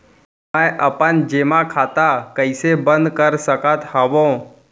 मै अपन जेमा खाता कइसे बन्द कर सकत हओं?